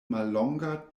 mallonga